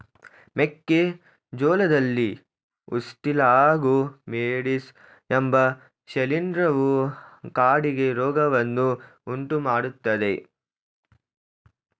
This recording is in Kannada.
ಮೆಕ್ಕೆ ಜೋಳದಲ್ಲಿ ಉಸ್ಟಿಲಾಗೊ ಮೇಡಿಸ್ ಎಂಬ ಶಿಲೀಂಧ್ರವು ಕಾಡಿಗೆ ರೋಗವನ್ನು ಉಂಟುಮಾಡ್ತದೆ